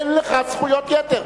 אין לך זכויות יתר.